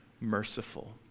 merciful